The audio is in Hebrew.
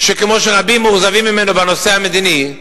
שכמו שרבים מאוכזבים ממנו בנושא המדיני,